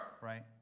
right